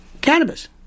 cannabis